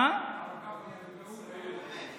הרב גפני,